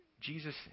Jesus